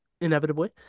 inevitably